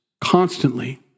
constantly